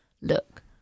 look